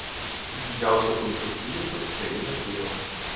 su didžiausiu kumpio bryzu prieina tėvas